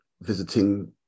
visiting